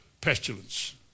pestilence